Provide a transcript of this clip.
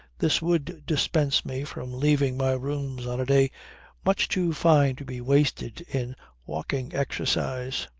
this would dispense me from leaving my rooms on a day much too fine to be wasted in walking exercise.